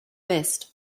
best